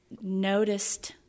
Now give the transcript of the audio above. noticed